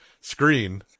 screen